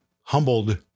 humbled